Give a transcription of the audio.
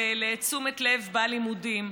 תשומת לב ללימודים,